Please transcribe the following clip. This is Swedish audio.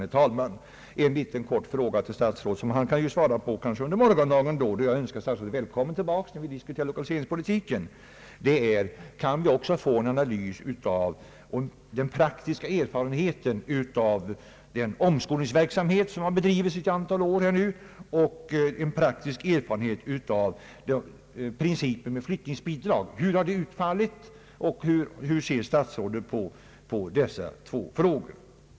Jag vill ställa en kort fråga till herr statsrådet — och han kan ju svara på den under morgondagen, då jag önskar herr statsrådet välkommen tillbaka för att diskutera lokaliseringspolitiken, Min fråga är: Kan vi få en analys av den praktiska erfarenheten av den omskolningverksamhet som nu har bedrivits ett antal år och av den praktiska erfarenheten av flyktingsbidragsprincipen? Hur har dessa verksamheter utfallit, och hur ser herr statsrådets på dem och deras resultat?